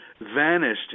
vanished